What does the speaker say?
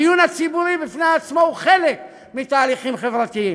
הדיון הציבורי בפני עצמו הוא חלק מתהליכים חברתיים,